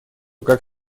как